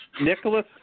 Nicholas